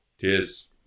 Cheers